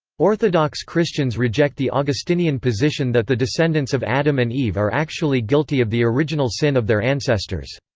orthodox christians reject the augustinian position that the descendants of adam and eve are actually guilty of the original sin of their ancestors.